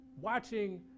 watching